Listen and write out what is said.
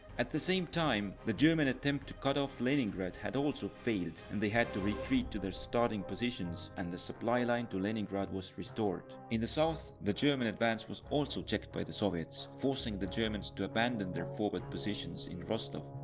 at the same time, the german attempt to cut off leningrad had also failed and they had to retreat to their starting positions and the supply line to leningrad was restored. in the south the german advance was also checked by the soviets, forcing the germans to abandon their forward positions in rostov.